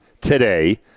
today